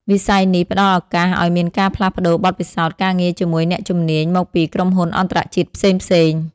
វិស័យនេះផ្តល់ឱកាសឱ្យមានការផ្លាស់ប្តូរបទពិសោធន៍ការងារជាមួយអ្នកជំនាញមកពីក្រុមហ៊ុនអន្តរជាតិផ្សេងៗ។